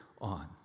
on